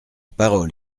parole